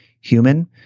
human